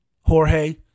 Jorge